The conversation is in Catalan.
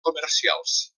comercials